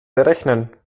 berechnen